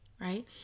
right